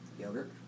Yogurt